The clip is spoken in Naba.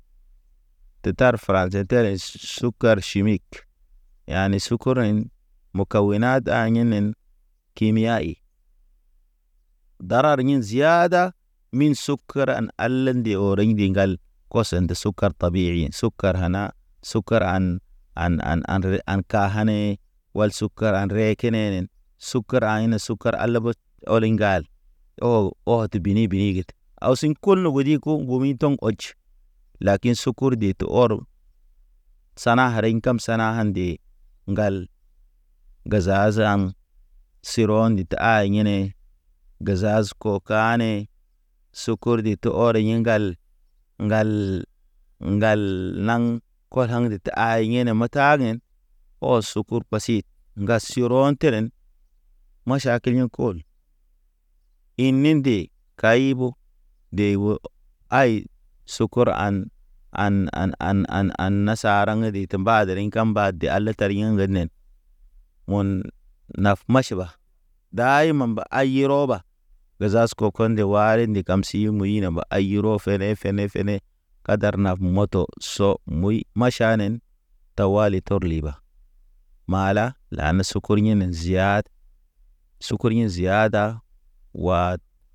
Te tar fra ze sukar chimique, yane sukuren mo kaw ye na ɗa yenen. Kim yayi, darar ɲin ziada min sukuran ala nde o reɲ diŋgal. Kosen nde sukar tabiye yen in suk, sukar ana sukar an, an an anre anka hane. Wal sukar al rɛkɛnɛnen, sukar aɲe ne sukar ala ɓot, ɔliŋ ŋgal. O, ɔ te bini bini get awsiŋ kulu odi ko ŋgomi tɔŋ ɔje. Lakin sukur de te ɔrə, sana hariŋ kam sana ha̰ nde. Ŋgal ge zazaa aŋ, serɔ ndit a yine gezaz ko kaane. Sukurdi te ɔr yiŋgal, ŋgal ŋgal naŋ. Kol haŋ de te aye yene me ta gen, ɔ sukur pasid, ŋgasirɔ tenen. Maʃa kil yḛ kol, in ninde kay bo de oo ay. Sukur an an an an an nasa, taraŋ de te mba deriŋ kem mba de ale tar yeŋ ednen. Mun naf maʃ ɓa, daymam mba ayi roba, gezas ko konde wari ndi kam. Kam si mu yine mba ayi rofel, fene fene fene, kadar nap moto so. Moy maʃanen tawali tɔr liba, mala lane sukur yinen ziad, sukur ɲi ziada wa.